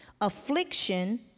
Affliction